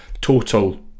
total